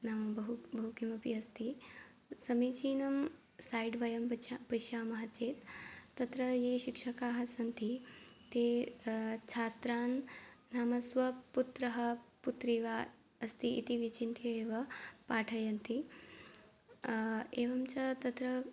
नाम बहु बहु किमपि अस्ति समीचीनं सैड् वयं वच् पश्यामः चेत् तत्र ये शिक्षकाः सन्ति ते छात्रान् नाम स्वपुत्रः पुत्री वा अस्ति इति विचिन्त्य एव पाठयन्ति एवं च तत्र